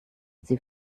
sie